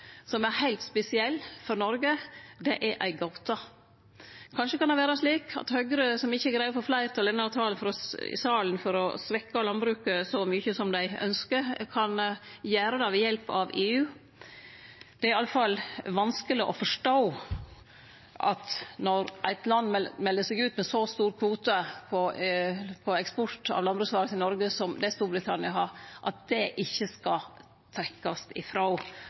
som er heilt spesiell for Noreg, er ei gåte. Kanskje er det slik at Høgre, som ikkje greier å få fleirtal i salen for å svekkje landbruket så mykje som dei ynskjer, kan gjere det ved hjelp av EU? Det er i alle fall vanskeleg å forstå at når eit land melder seg ut med så stor kvote på eksport av landbruksvarer til Noreg som det Storbritannia har, skal det ikkje